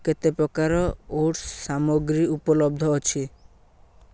କେତେ ପ୍ରକାରର ଓଟ୍ସ୍ ସାମଗ୍ରୀ ଉପଲବ୍ଧ ଅଛି